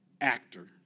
Actor